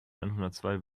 einhundertzwei